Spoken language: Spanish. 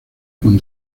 con